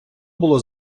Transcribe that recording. було